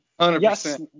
Yes